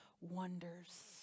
wonders